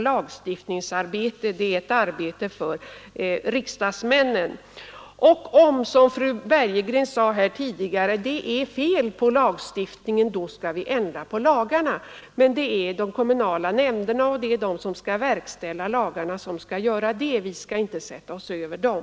Lagstiftningsarbete är ett arbete för riksdagsmännen. Och om, som fröken Bergegren sade här ti digare, det är fel på lagstiftningen, då skall vi ändra på lagarna, men det är de kommunala nämnderna som skall verkställa det som står i lagarna, och vi skall inte sätta oss över dem.